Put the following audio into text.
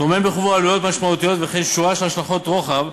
וטומן בחובו עלויות משמעותיות וכן שורה של השלכות רוחב,